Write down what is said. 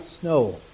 snow